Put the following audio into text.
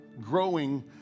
growing